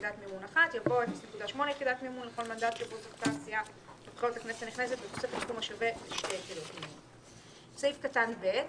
יובאו בחשבון לעניין סכום ההלוואה שהיא זכאית לו לפי סעיף קטן (ב)(1)